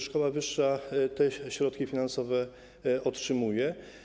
Szkoła wyższa te środki finansowe otrzymuje.